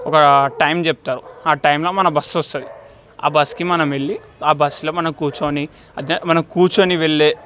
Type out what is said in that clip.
ఒక టైం చెప్తారు ఆ టైంలో మన బస్స్ వస్తుంది ఆ బస్స్కి మనం వెళ్ళి ఆ బస్స్లో మనం కూర్చొని అదే మనం కూర్చొని వెళ్ళే